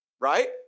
Right